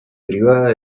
privada